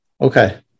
Okay